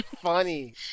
funny